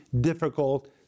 Difficult